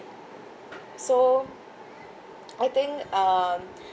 so I think um